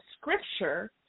scripture